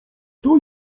kto